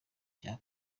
cya